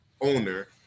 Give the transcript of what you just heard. owner